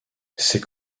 c’est